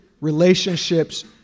relationships